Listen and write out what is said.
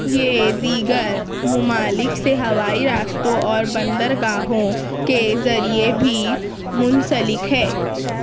یہ دیگر ممالک سے ہوائی راستوں اور بندرگاہوں کے ذریعے بھی منسلک ہے